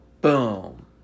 Boom